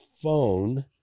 phone